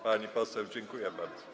Pani poseł, dziękuję bardzo.